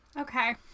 Okay